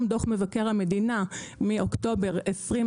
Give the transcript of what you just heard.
גם דוח מבקר המדינה מאוקטובר 2020,